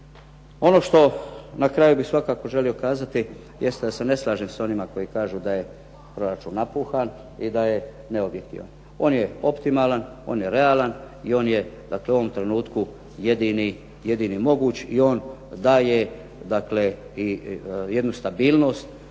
Ono što na kraju bi svakako želio kazati jeste da se ne slažem sa onima koji kažu da je proračun napuhan, i da je neobjektivan. On je optimalan, on je realan, i on je dakle u ovom trenutku jedini moguć i on daje dakle i jednu stabilnost